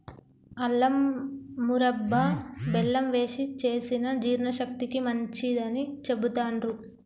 అల్లం మురబ్భ బెల్లం వేశి చేసిన జీర్ణశక్తికి మంచిదని చెబుతాండ్రు